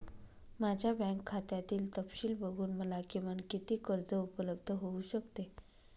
माझ्या बँक खात्यातील तपशील बघून मला किमान किती कर्ज उपलब्ध होऊ शकते?